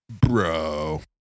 Bro